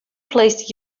placed